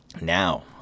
Now